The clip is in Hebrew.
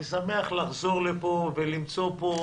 אני שמח לחזור לפה ולמצוא פה